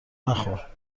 نخور